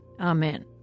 Amen